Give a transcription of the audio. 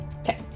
okay